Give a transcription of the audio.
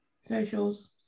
socials